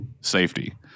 safety